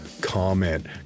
comment